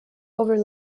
over